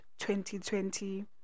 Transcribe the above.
2020